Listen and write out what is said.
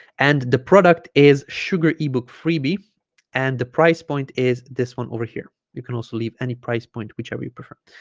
and the product is sugar ebook freebie and the price point is this one over here you can also leave any price point whichever you prefer